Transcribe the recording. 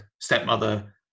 stepmother